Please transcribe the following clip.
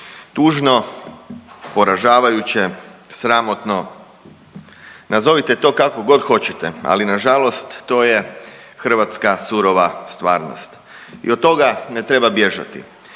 Tužno, poražavajuće, sramotno. Nazovite to kako god hoćete, ali nažalost to je hrvatska surova stvarnost i od toga ne treba bježati.